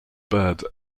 bird